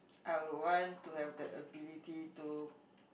I will want to have the ability to